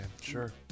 Sure